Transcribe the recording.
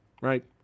Right